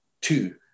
two